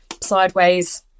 sideways